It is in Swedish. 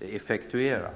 effektuera.